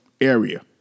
area